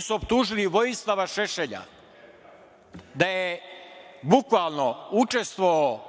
su optužili Vojislava Šešelja da je bukvalno učestvovao